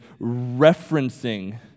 referencing